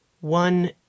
one